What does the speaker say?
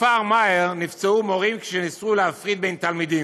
בכפר מע'אר נפצעו מורים כשניסו להפריד בין תלמידים.